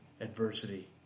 adversity